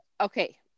Okay